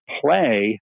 play